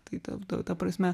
tai tapdavo ta prasme